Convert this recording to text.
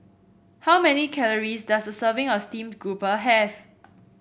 how many calories does a serving of Steamed Grouper have